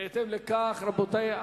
בהתאם לכך, רבותי,